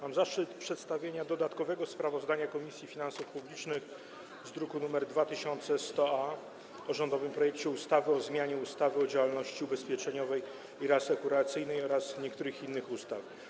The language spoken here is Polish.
Mam zaszczyt przedstawić dodatkowe sprawozdanie Komisji Finansów Publicznych z druku nr 2100-A o rządowym projekcie ustawy o zmianie ustawy o działalności ubezpieczeniowej i reasekuracyjnej oraz niektórych innych ustaw.